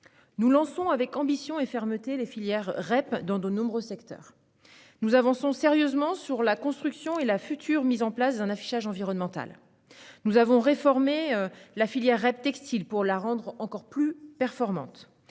Nous lançons avec ambition et fermeté les filières REP dans de nombreux secteurs. Nous avançons sérieusement sur la construction et la future mise en place d'un affichage environnemental. Nous avons réformé la filière REP textile pour la rendre encore plus performante.